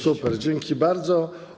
Super, dzięki bardzo.